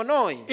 noi